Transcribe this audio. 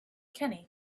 kenny